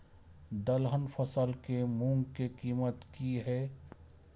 दलहन फसल के मूँग के कीमत की हय?